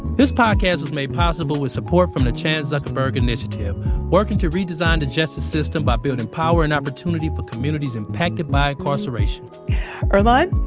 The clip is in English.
this podcast was made possible with support from the chan zuckerberg initiative working to redesign the justice system by building power and opportunity for communities impacted by incarceration earlonne?